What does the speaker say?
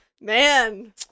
Man